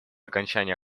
окончания